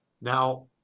Now